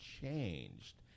changed